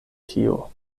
tio